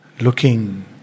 looking